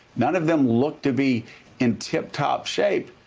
none of them look to be in tip-top shape.